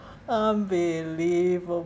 unbelievable